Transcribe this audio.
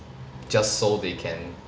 just so they can